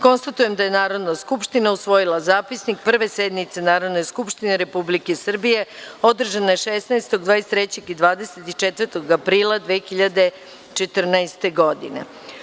Konstatujem da je Narodna skupština usvojila Zapisnik Prve sednice Narodne skupštine Republike Srbije održane 16, 23. i 24. aprila 2014. godine.